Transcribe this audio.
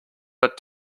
but